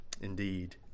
indeed